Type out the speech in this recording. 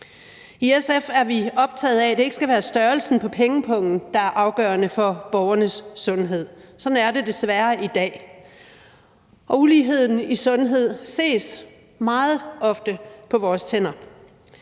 I SF er vi optaget af, at det ikke skal være størrelsen på pengepungen, der er afgørende for borgernes sundhed, men sådan er det desværre i dag, og uligheden i sundhed ses meget ofte på vores tænder.